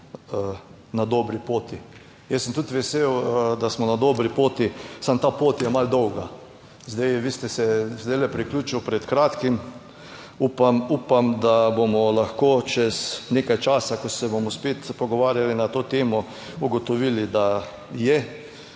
na dobri poti. Jaz sem tudi vesel, da smo na dobri poti, samo ta pot je malo dolga. Zdaj, vi ste se zdajle priključil pred kratkim, upam, upam da bomo lahko čez nekaj časa, ko se bomo spet pogovarjali na to temo ugotovili, da je